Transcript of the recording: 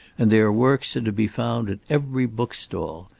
and their works are to be found at every book-stall.